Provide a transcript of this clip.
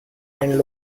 handle